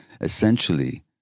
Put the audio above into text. Essentially